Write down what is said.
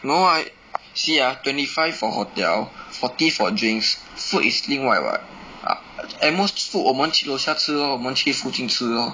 no I see ah twenty five for hotel forty for drinks food is 另外 [what] at most food 我们去楼下吃 lor 我们去附近吃 lor